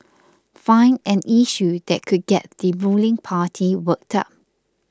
find an issue that could get the ruling party worked up